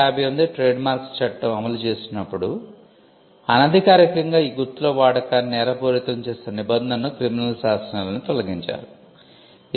1958 trademarks చట్టం అమలు చేసినప్పుడు 'అనధికారికంగా ఈ గుర్తుల వాడకాన్ని నేరపూరితం చేసే' నిబంధనను క్రిమినల్ శాసనాల నుండి తొలగించారు